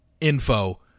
info